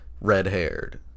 red-haired